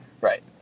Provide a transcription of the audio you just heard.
Right